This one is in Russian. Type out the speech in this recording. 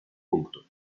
пункту